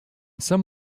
some